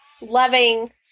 Loving